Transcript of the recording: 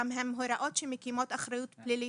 גם עם הוראות שמקימות אחריות פלילית